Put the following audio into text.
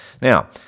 Now